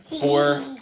Four